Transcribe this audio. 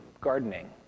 gardening